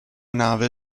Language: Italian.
nave